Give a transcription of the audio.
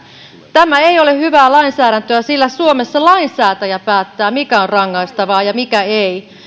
tämä ei ole hyvää lainsäädäntöä sillä suomessa lainsäätäjä päättää mikä on rangaistavaa ja mikä ei